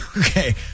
Okay